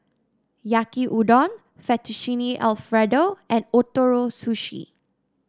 Yaki Udon Fettuccine Alfredo and Ootoro Sushi